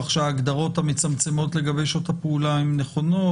שההגדרות המצמצמות לגבי שעות הפעולה הן נכונות.